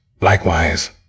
likewise